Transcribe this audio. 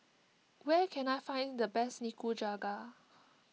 where can I find the best Nikujaga